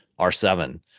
R7